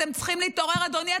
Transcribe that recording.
אתם צריכים להתעורר, אדוני.